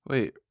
Wait